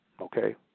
okay